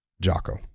Jocko